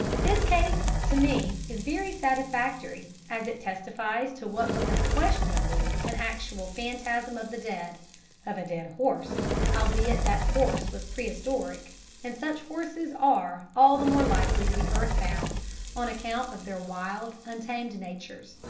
this case, to me, is very satisfactory, as it testifies to what was unquestionably an actual phantasm of the dead of a dead horse albeit that horse was prehistoric and such horses are all the more likely to be earth-bound on account of their wild, untamed natures.